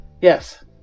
Yes